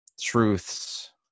truths